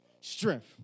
strength